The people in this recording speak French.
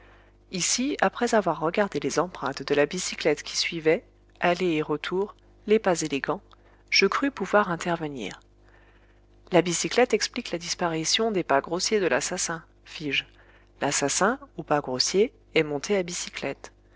ici après avoir regardé les empreintes de la bicyclette qui suivaient aller et retour les pas élégants je crus pouvoir intervenir la bicyclette explique la disparition des pas grossiers de l'assassin fis-je l'assassin aux pas grossiers est monté à bicyclette